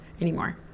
anymore